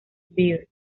beer